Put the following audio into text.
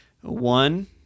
One